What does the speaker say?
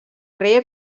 rei